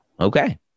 Okay